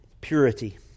purity